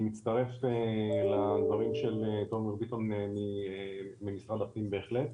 אני מצטרף לדברים של תומר ביטון ממשרד הפנים בהחלט.